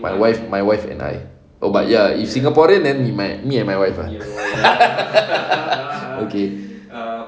my wife my wife and I oh but ya if singaporean then it might me and my wife ah okay